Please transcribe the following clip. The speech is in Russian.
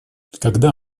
когда